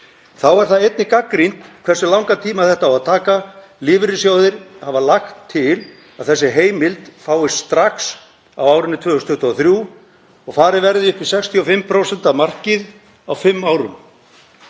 Þá er það einnig gagnrýnt hversu langan tíma þetta á að taka. Lífeyrissjóðir hafa lagt til að þessi heimild fáist strax á árinu 2023 og farið verði upp í 65% markið á fimm árum.